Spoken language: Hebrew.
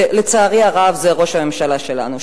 שלצערי הרב זה ראש הממשלה שלנו,